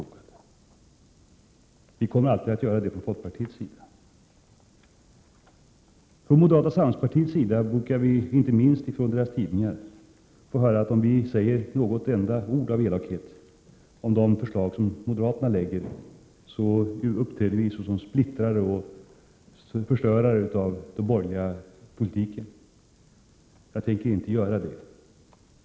Det brukar vi i allmänhet vara överens om, och vi kommer från folkpartiets sida alltid att göra det. Vi brukar från moderata samlingspartiet, och inte minst, från partiets tidningar få höra att vi uppträder som splittrare och att vi förstör för de borgerliga, om vi säger något elakt om de förslag som moderaterna lägger fram. Jag tänker inte göra det.